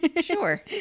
Sure